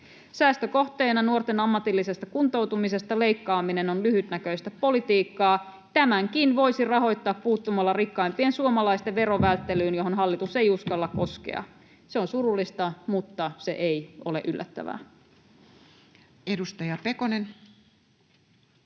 Säästökohteena nuorten ammatillisesta kuntoutumisesta leikkaaminen on lyhytnäköistä politiikkaa. Tämänkin voisi rahoittaa puuttumalla rikkaimpien suomalaisten verovälttelyyn, johon hallitus ei uskalla koskea. Se on surullista, mutta se ei ole yllättävää. [Speech